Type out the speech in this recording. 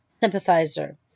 sympathizer